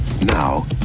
now